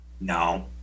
no